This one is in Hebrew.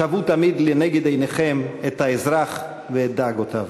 שוו תמיד לנגד עיניכם את האזרח ואת דאגותיו.